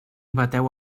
bateu